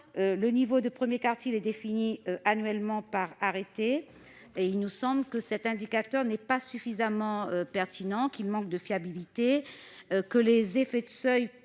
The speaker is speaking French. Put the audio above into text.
Le niveau du premier quartile est défini annuellement par arrêté et il nous semble que cet indicateur n'est pas suffisamment pertinent, sans compter ses effets de seuil.